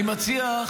אני מציע,